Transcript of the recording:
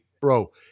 bro